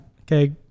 Okay